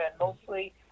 mostly